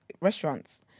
restaurants